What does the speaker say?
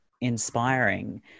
inspiring